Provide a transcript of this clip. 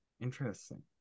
interesting